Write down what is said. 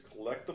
collectible